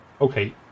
Okay